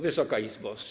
Wysoka Izbo!